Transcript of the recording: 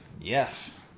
Yes